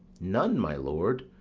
none, my lord,